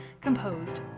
composed